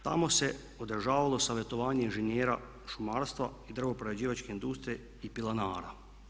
Tamo se održavalo savjetovanje inženjera šumarstva i drvo prerađivačke industrije i pilanara.